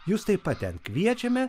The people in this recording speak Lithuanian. jus taip pat ten kviečiame